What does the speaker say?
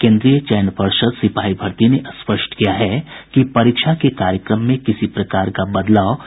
केन्द्रीय चयन पर्षद सिपाही भर्ती ने स्पष्ट किया है कि परीक्षा के कार्यक्रम में किसी प्रकार का बदलाव नहीं किया गया है